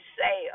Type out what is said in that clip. say